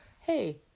hey